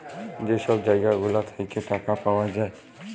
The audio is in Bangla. যে ছব জায়গা গুলা থ্যাইকে টাকা পাউয়া যায়